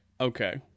Okay